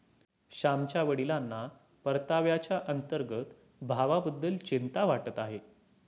श्यामच्या वडिलांना परताव्याच्या अंतर्गत भावाबद्दल चिंता वाटत आहे